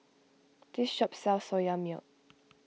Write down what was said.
this shop sells Soya Milk